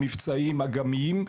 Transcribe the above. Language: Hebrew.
מבצעיים ואג״מיים,